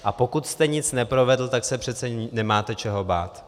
A pokud jste nic neprovedl, tak se přece nemáte čeho bát.